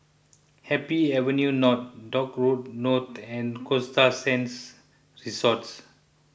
Happy Avenue North Dock Road North and Costa Sands Resort